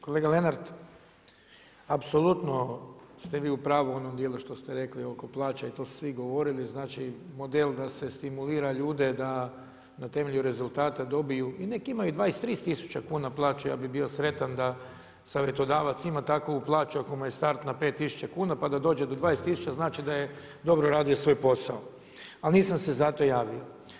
Kolega Lenart, apsolutno ste vi upravu u onom dijelu što ste rekli oko plaća i to su svi govorili, znači model da se stimulira ljude da na temelju rezultata dobiju i nek imaju 20, 30 tisuća kuna plaću ja bi bio sretan da savjetodavac ima takvu plaću ako mu je start na 5 tisuća kuna pa da dođe do 20 tisuća, znači da je dobro radio svoj posao, ali nisam se zato javio.